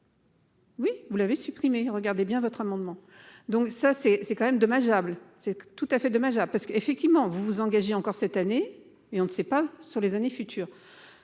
Oui, vous l'avez supprimé, regardez bien votre amendement. Donc ça c'est c'est quand même dommageable, c'est tout à fait dommageable parce qu'effectivement, vous vous engagez encore cette année et on ne sait pas sur les années futures.